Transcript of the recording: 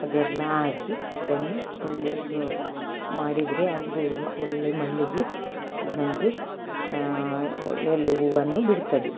ಅದೆಲ್ಲ ಹಾಕಿ ಅದನ್ನು ಒಳ್ಳೆಯದು ಮಾಡಿದರೆ ಅದು ಒಳ್ಳೆ ಮಲ್ಲಿಗೆ ನಮಗೆ ಒಳ್ಳೆ ಒಳ್ಳೆ ಹೂವನ್ನು ಬಿಡ್ತದೆ